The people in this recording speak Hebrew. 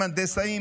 הנדסאים,